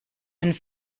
and